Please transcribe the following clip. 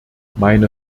meine